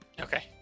Okay